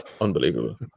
unbelievable